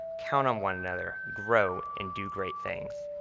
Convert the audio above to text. count on one another, grow, and do great things.